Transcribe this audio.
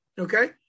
Okay